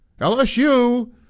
LSU